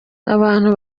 abantu